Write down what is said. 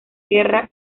guerra